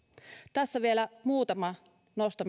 tässä vielä muutama nosto